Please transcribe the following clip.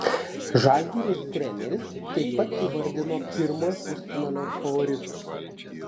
žalgiris treneris taip pat įvardino pirmojo pusfinalio favoritus